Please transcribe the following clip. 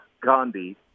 Gandhi